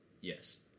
yes